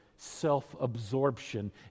self-absorption